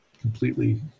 completely